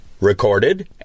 recorded